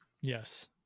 Yes